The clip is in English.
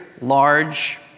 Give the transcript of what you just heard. large